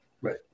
right